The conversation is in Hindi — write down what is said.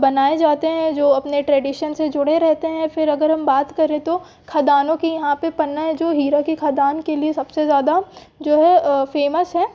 बनाए जाते हैं जो अपने ट्रेडीशन से जुड़े रहते हैं फिर अगर हम बात करें तो खादानाें की यहाँ पर पन्ना है जो हीरे की खादान के लिए सब से ज़्यादा जो है फेमस है